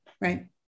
Right